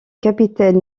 capitaine